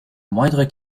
moindre